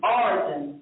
origin